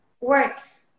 works